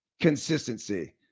consistency